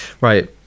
right